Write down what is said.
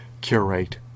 curate